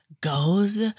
goes